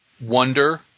Wonder